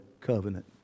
covenant